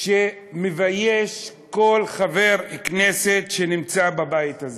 שמבייש כל חבר כנסת שנמצא בבית הזה.